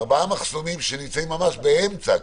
ארבעה מחסומים שנמצאים ממש באמצע הכביש.